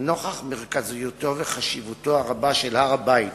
"נוכח מרכזיותו וחשיבותו הרבה של הר-הבית